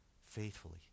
faithfully